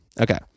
Okay